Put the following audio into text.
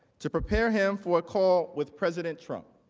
to prepare him for a call with president trump.